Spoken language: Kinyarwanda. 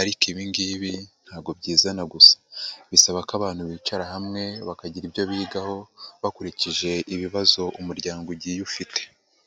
ariko ibiingibi ntabwogo byizana gusa. Bisaba ko abantu bicara hamwe bakagira ibyo bigaho bakurikije ibibazo umuryango ugiye ufite.